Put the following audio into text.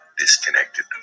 disconnected